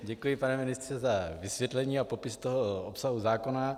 Děkuji, pane ministře, za vysvětlení a popis toho obsahu zákona.